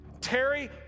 Terry